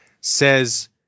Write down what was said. says